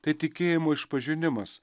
tai tikėjimo išpažinimas